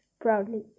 proudly